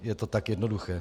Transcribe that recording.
Je to tak jednoduché.